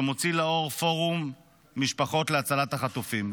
שמוציא לאור פורום משפחות להצלת החטופים.